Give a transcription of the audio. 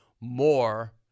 more